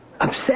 Upset